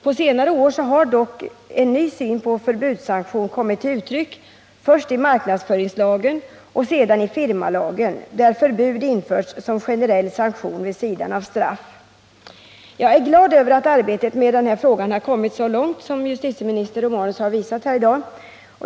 På senare år har dock en ny syn på förbudssanktionen kommit till uttryck, först i marknadsföringslagen och senare i firmalagen, där förbud införts som generell sanktion vid sidan av straff. Jag är glad över att arbetet med denna fråga kommit så långt som justitieminister Romanus har visat här i dag.